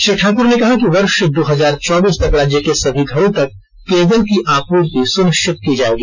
श्री ठाक्र ने कहा है कि वर्ष दो हजार चौबीस तक राज्य के सभी घरों तक पेयजल की आपूर्ति सुनिश्चित हो जाएगी